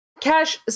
Cash